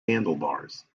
handlebars